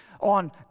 on